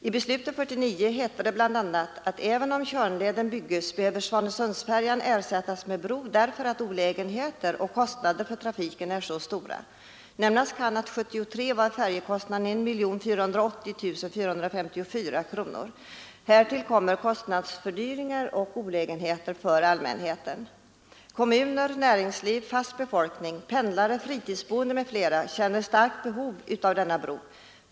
I beslutet 1949 heter det bl.a. att även om Tjörnleden bygges behöver Svanesundsfärjan ersättas med bro därför att olägenheter och kostnader för trafiken är så stora. Nämnas kan att år 1973 var färjekostnaderna 1480 454 kronor. Härtill kommer kostnadsfördyringar och olägenheter för allmänheten. Kommuner, näringsliv, fast befolkning, pendlare, fritidsboende m.fl. känner starkt behovet av denna bro.